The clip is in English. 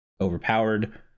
overpowered